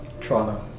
Toronto